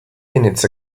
minutes